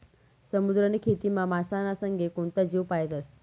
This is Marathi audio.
समुद्रनी खेतीमा मासाना संगे कोणता जीव पायतस?